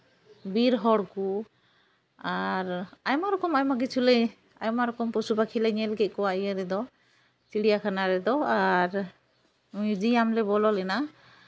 ᱵᱤᱨ ᱦᱚᱲ ᱠᱚ ᱟᱨ ᱟᱭᱢᱟ ᱨᱚᱠᱚᱢ ᱟᱭᱢᱟ ᱠᱤᱪᱷᱩ ᱞᱮ ᱟᱭᱢᱟ ᱨᱚᱠᱚᱢ ᱯᱚᱥᱩ ᱯᱟᱠᱷᱤᱞᱮ ᱧᱮᱞ ᱠᱮᱫ ᱠᱚᱣᱟ ᱤᱭᱟᱹ ᱨᱮᱫᱚ ᱪᱤᱲᱤᱭᱟ ᱠᱷᱟᱱᱟ ᱨᱮᱫᱚ ᱟᱨ ᱢᱤᱭᱩᱡᱤᱭᱟᱢ ᱞᱮ ᱵᱚᱞᱚ ᱞᱮᱱᱟ